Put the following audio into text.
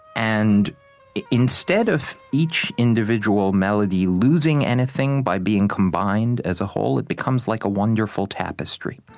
and instead of each individual melody losing anything by being combined as a whole, it becomes like a wonderful tapestry,